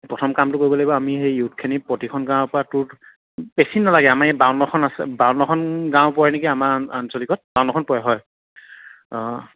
প্ৰথম কামটো কৰিব লাগিব আমি সেই য়ুথখিনি প্ৰতিখন গাঁৱৰ পৰা তোৰ বেছি নালাগে আমাৰ এই বাৱন্নখন আছে বাৱন্নখন গাঁৱৰ পৰে নেকি আমাৰ আঞ্চলিকত বাৱন্নখন পৰে হয়